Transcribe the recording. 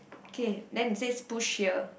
okay then it says push here